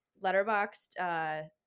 Letterboxed